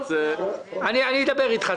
אדבר איתך.